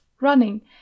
running